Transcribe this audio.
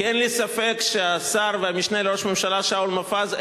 כי אין לי ספק שהשר והמשנה לראש הממשלה שאול מופז,